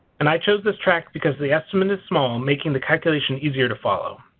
and i chose this tract because the estimate is small making the calculation easier to follow.